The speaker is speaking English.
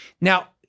Now